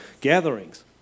Gatherings